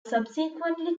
subsequently